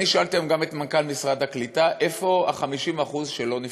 שאלתי היום גם את מנכ"ל משרד הקליטה: איפה ה-50% שלא נבחרו?